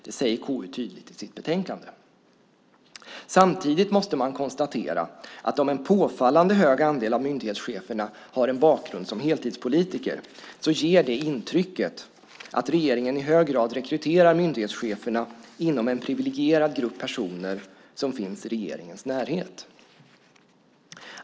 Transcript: Det säger KU tydligt i sitt betänkande. Samtidigt måste man konstatera att om en påfallande hög andel av myndighetscheferna har en bakgrund som heltidspolitiker ger det intrycket att regeringen i hög grad rekryterar myndighetscheferna inom en privilegierad grupp personer som finns i regeringens närhet.